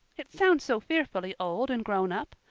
it sounds so fearfully old and grown up.